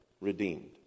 redeemed